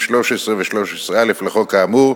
13 ו-13(א) לחוק האמור,